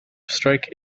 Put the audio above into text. strike